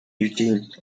eugene